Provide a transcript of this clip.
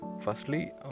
Firstly